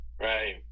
Right